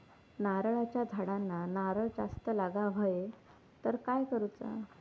नारळाच्या झाडांना नारळ जास्त लागा व्हाये तर काय करूचा?